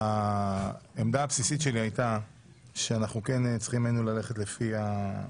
ההחלטה הייתה כי הצעת החוק תועבר לדיון בוועדת החוקה,